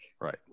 right